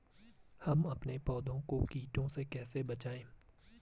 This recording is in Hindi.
हम अपने पौधों को कीटों से कैसे बचाएं?